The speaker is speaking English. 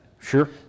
Sure